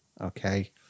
Okay